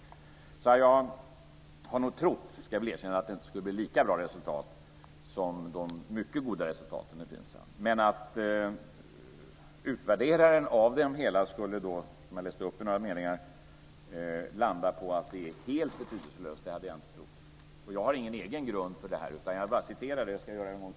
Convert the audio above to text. Jag ska erkänna att jag nog har trott att resultaten inte skulle bli lika bra som de mycket goda resultaten av Finsam, men den som utvärderat det hela landar, som jag i några meningar läst upp, på att det skulle vara helt betydelselöst, och det hade jag inte trott. Jag har ingen egen grund för detta, utan jag har bara citerat utvärderingsrapporten. Fru talman!